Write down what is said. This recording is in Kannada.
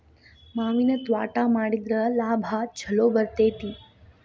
ಮಾವಿನ ತ್ವಾಟಾ ಮಾಡಿದ್ರ ಲಾಭಾ ಛಲೋ ಬರ್ತೈತಿ